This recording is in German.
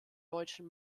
deutschen